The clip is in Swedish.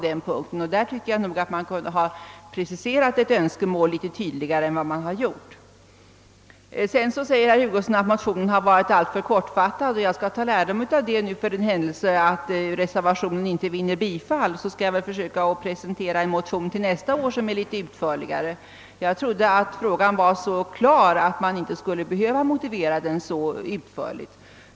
Jag tycker att man på den punkten kunde ha preciserat ett önskemål något tydligare än man har gjort. Sedan säger herr Hugosson att motionen var alltför kortfattad. Jag skall ta lärdom av det. För den händelse reservationen inte vinner bifall skall jag väl försöka presentera en motion till nästa år som är något utförligare. Jag trodde att frågan var så pass klar att man inte skulle behöva motivera den så utförligt.